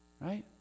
Right